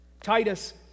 Titus